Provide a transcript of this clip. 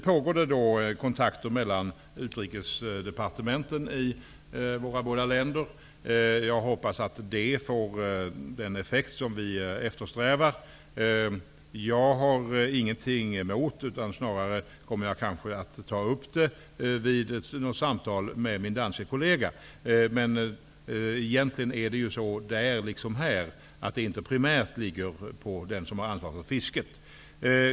Utrikesdepartementen i våra båda länder håller nu kontakt med varandra. Jag hoppas att det får den effekt som vi eftersträvar. Jag kommer kanske att ta upp den här frågan vid något samtal med min danske kollega. Det har jag ingenting emot, men där liksom här ligger detta egentligen inte primärt på den som har ansvaret för fisket.